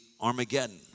Armageddon